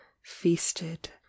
feasted